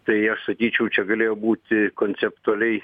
tai aš sakyčiau čia galėjo būti konceptualiai